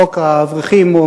חוק האברכים,